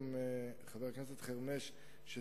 חבר הכנסת חרמש הזכיר כאן קודם,